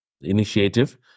initiative